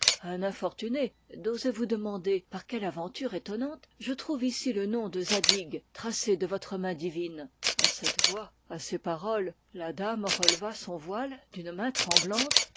un infortuné d'oser vous demander par quelle aventure étonnante je trouve ici le nom de zadig tracé de votre main divine a cette voix à ces paroles la dame releva son voile d'une main tremblante